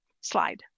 Slide